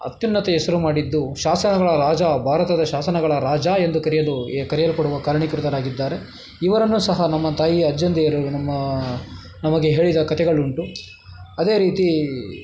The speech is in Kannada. ಅತ್ಯುನ್ನತ ಹೆಸ್ರು ಮಾಡಿದ್ದು ಶಾಸನಗಳ ರಾಜ ಭಾರತದ ಶಾಸನಗಳ ರಾಜ ಎಂದು ಕರೆಯಲು ಏ ಕರೆಯಲ್ಪಡುವ ಕಾರಣೀಕೃತರಾಗಿದ್ದಾರೆ ಇವರನ್ನೂ ಸಹ ನಮ್ಮ ತಾಯಿ ಅಜ್ಜಂದಿರು ನಮ್ಮ ನಮಗೆ ಹೇಳಿದ ಕತೆಗಳುಂಟು ಅದೇ ರೀತಿ